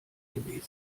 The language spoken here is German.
gewesen